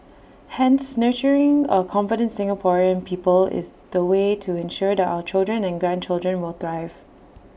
hence nurturing A confident Singaporean people is the way to ensure that our children and grandchildren will thrive